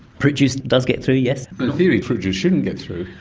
fruit juice does get through yes. in theory fruit juice shouldn't get through.